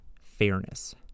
fairness